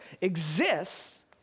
exists